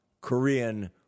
Korean